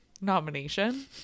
nomination